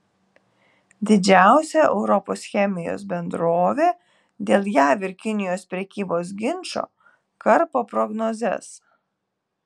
didžiausia europos chemijos bendrovė dėl jav ir kinijos prekybos ginčo karpo prognozes